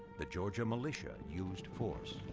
the georgia militia used force.